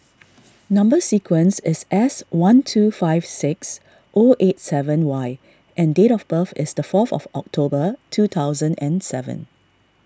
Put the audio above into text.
Number Sequence is S one two five six O eight seven Y and date of birth is the fourth of October two thousand and seven